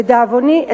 לדאבוני,